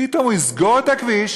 פתאום הוא יסגור את הכביש